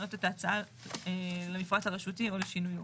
לשנות את ההצעה למפרט הרשותי או לשינויו.